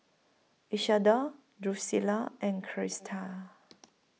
Isadore Drucilla and Crista